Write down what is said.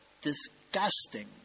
disgusting